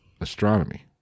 astronomy